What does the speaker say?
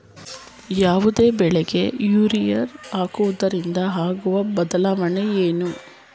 ಯಾವುದೇ ಬೆಳೆಗೆ ಯೂರಿಯಾ ಹಾಕುವುದರಿಂದ ಆಗುವ ಬದಲಾವಣೆ ಏನು?